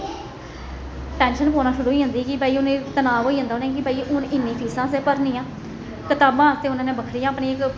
tension पोना शुरु होई जंदी कि भाई हून ऐ तनाव होई जंदा उ'नें गी भाई हून इन्नी फिसां असें भरनियां कतावां असें बक्खरी अपनी इक